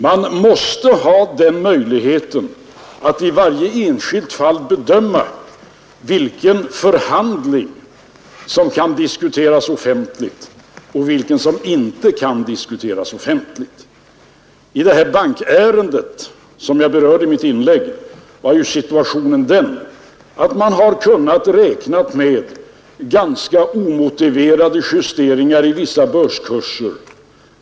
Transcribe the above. Man måste ha möjligheten att i varje enskilt fall bedöma vilken förhandling som kan diskuteras offentligt och vilken som inte kan diskuteras offentligt. I det bankärende som jag berörde i mitt inlägg var situationen den att man hade kunnat räkna med ganska omotiverade justeringar i vissa börskurser.